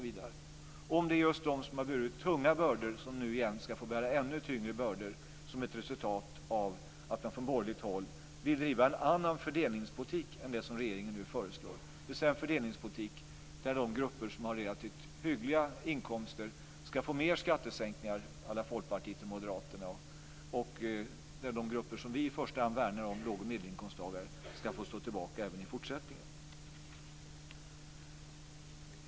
Är det just de som har burit tunga bördor som nu igen ska få bära ännu tyngre bördor som ett resultat av att man från borgerligt håll vill driva en annan fördelningspolitik än den som regeringen nu föreslår, dvs. en fördelningspolitik där de grupper som har relativt hyggliga inkomster ska få mer skattesänkningar à la Folkpartiet och Moderaterna och där de grupper som vi i första hand värnar om, låg och medelinkomsttagare, ska få stå tillbaka även i fortsättningen.